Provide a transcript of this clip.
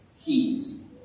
keys